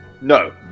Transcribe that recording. no